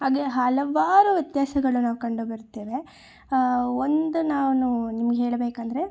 ಹಾಗೆ ಹಲವಾರು ವ್ಯತ್ಯಾಸಗಳು ನಾವು ಕಂಡುಬರುತ್ತೇವೆ ಒಂದು ನಾನು ನಿಮ್ಗೆ ಹೇಳಬೇಕಂದರೆ